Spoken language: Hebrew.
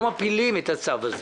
לא מפילים את הצו הזה.